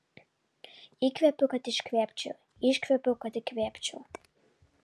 įkvepiu kad iškvėpčiau iškvepiu kad įkvėpčiau